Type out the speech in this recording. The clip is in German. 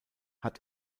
hat